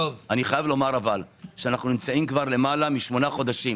אנו למעלה משמונה חודשים